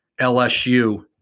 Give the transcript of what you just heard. LSU